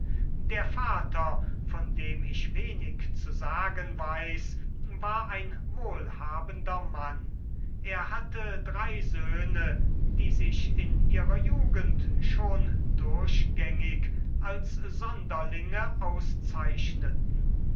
der vater von dem ich wenig zu sagen weiß war ein wohlhabender mann er hatte drei söhne die sich in ihrer jugend schon durchgängig als sonderlinge auszeichneten